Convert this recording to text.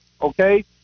okay